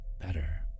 better